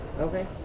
Okay